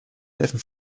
helfen